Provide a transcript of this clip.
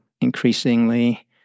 increasingly